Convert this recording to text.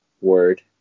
word